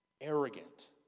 Arrogant